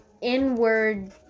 inward